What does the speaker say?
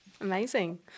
Amazing